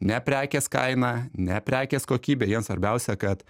ne prekės kaina ne prekės kokybė jiems svarbiausia kad